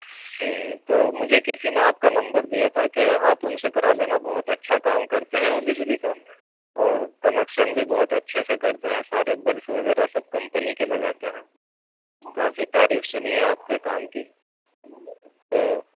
جی تو مجھے کسی نے آپ کا نمبر دیا تھا کہ آپ اُن سے کرا لینا بہت اچھا کام کرتے ہیں وہ بجلی کا اور کنیکشن بھی بہت اچھے سے کرتے ہیں سارے بلف وغیرہ سب کمپنی کے لگاتے ہیں کافی تعریف سُنی ہے آپ کے کام کی تو